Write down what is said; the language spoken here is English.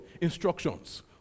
Instructions